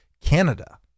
Canada